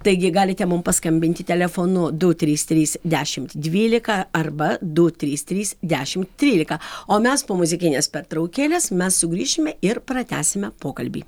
taigi galite mum paskambinti telefonu du trys trys dešimt dvylika arba du trys trys dešimt trylika o mes po muzikinės pertraukėlės mes sugrįšime ir pratęsime pokalbį